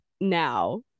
now